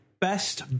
best